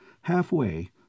Halfway